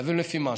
חייבים לפי משהו.